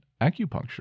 acupuncture